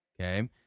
Okay